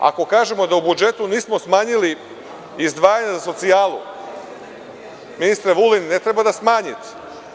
Ako kažemo da u budžetu nismo smanjili izdvajanja za socijalu, ministre Vulin, ne treba da smanjite.